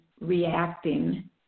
reacting